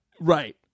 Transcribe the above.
Right